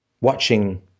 watching